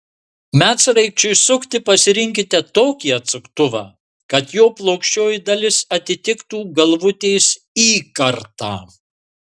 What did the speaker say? medsraigčiui sukti pasirinkite tokį atsuktuvą kad jo plokščioji dalis atitiktų galvutės įkartą